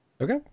okay